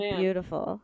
beautiful